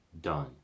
done